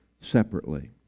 separately